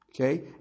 Okay